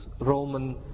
Roman